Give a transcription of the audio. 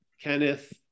Kenneth